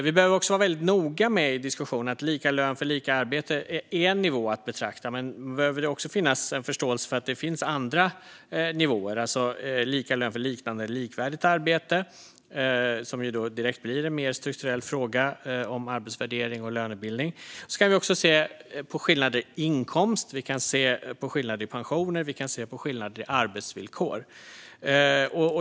Vi behöver också vara väldigt noga i diskussionen med att lika lön för lika arbete är en nivå att beakta men att det också behöver finnas en förståelse för att det finns andra nivåer. Vi har lika lön för liknande eller likvärdigt arbete, som ju direkt blir en mer strukturell fråga om arbetsvärdering och lönebildning. Vi kan också se på skillnader i inkomst, vi kan se på skillnader i pension och vi kan se på skillnader i arbetsvillkor.